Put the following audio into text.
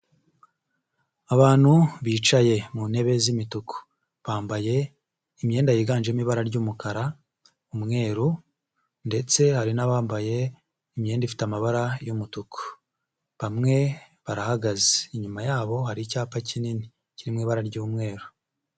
Abantu bicaye mu ntebe z'imituku. Bambaye imyenda yiganjemo ibara ry'umukara, umweru ndetse hari n'abambaye imyenda ifite amabara y'umutuku. Bamwe barahagaze. Inyuma yabo, hari icyapa kinini kiri mu ibara ry'umweru.